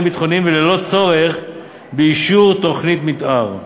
ביטחוניים וללא צורך באישור תוכנית מתאר.